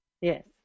Yes